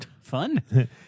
Fun